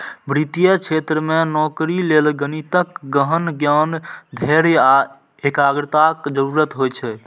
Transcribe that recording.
वित्तीय क्षेत्र मे नौकरी लेल गणितक गहन ज्ञान, धैर्य आ एकाग्रताक जरूरत होइ छै